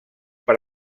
per